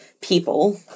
people